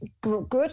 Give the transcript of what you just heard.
good